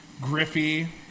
griffey